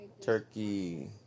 Turkey